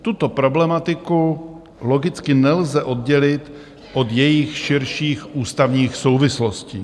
Tuto problematiku logicky nelze oddělit od jejích širších ústavních souvislostí.